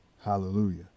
Hallelujah